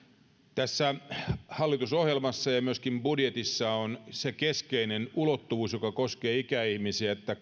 tässä hallitusohjelmassa ja myöskin budjetissa on se keskeinen ulottuvuus joka koskee ikäihmisiä että